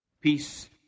Peace